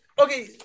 okay